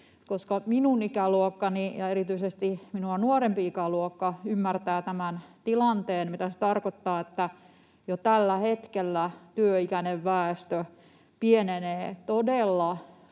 koska minun ikäluokkani ja erityisesti minua nuorempi ikäluokka ymmärtävät tämän tilanteen — mitä se tarkoittaa, että jo tällä hetkellä työikäinen väestö pienenee todella